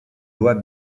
loi